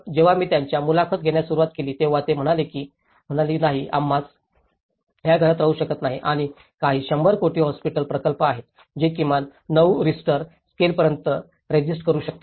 जेव्हा मी त्यांची मुलाखत घेण्यास सुरवात केली तेव्हा ते म्हणाले की नाही आम्ही या घरात राहू शकत नाही आणि काही 100 कोटी हॉस्पिटल प्रकल्प आहेत जे किमान 9 रिश्टर स्केलपर्यंत रेसिस्ट करू शकतात